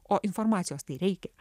o informacijos tai reikia